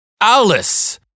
Alice